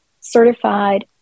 certified